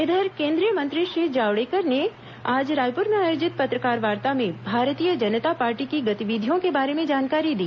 इधर केंद्रीय मंत्री श्री जावडेकर ने आज रायपुर में आयोजित पत्रकारवार्ता में भारतीय जनता पार्टी की गतिविधियों के बारे में जानकारी दी